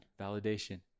Validation